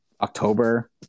October